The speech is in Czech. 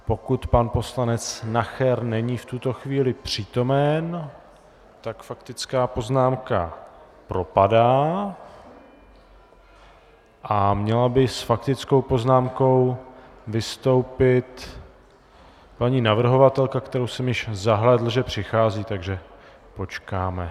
Pokud pan poslanec Nacher není v tuto chvíli přítomen, tak faktická poznámka propadá a měla by s faktickou poznámkou vystoupit paní navrhovatelka, kterou jsem již zahlédl, přihází, takže počkáme.